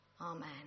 Amen